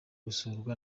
gusurwa